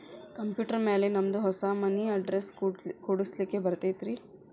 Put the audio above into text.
Computer ಮ್ಯಾಲೆ ನಮ್ದು ಹೊಸಾ ಮನಿ ಅಡ್ರೆಸ್ ಕುಡ್ಸ್ಲಿಕ್ಕೆ ಬರತೈತ್ರಿ?